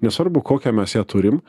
nesvarbu kokią mes ją turim